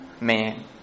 man